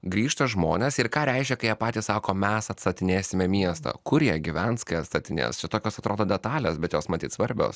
grįžta žmonės ir ką reiškia kai jie patys sako mes atstatinėsime miestą kur jie gyvens kai atstatinės čia tokios atrodo detalės bet jos matyt svarbios